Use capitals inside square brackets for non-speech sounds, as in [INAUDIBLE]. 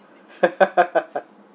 [LAUGHS]